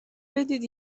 بدید